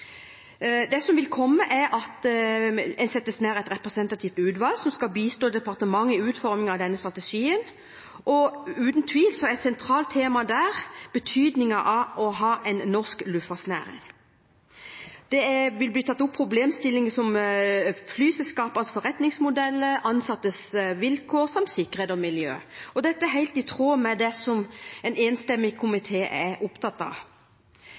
Det som vil skje, er at det blir satt ned et representativt utvalg som skal bistå departementet i utformingen av denne strategien, og uten tvil er et sentralt tema der betydningen av å ha en norsk luftfartsnæring. Det vil bli tatt opp problemstillinger som flyselskapenes forretningsmodell, ansattes vilkår samt sikkerhet og miljø. Dette er helt i tråd med det en enstemmig komité er opptatt av.